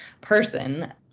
person